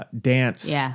dance